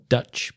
Dutch